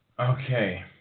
Okay